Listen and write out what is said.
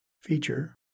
feature